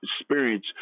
experience